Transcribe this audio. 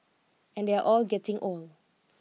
and they're all getting old